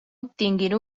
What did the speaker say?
obtinguin